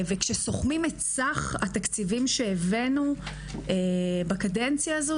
כשסוכמים את סך התקציבים שהבאנו בקדנציה הזו,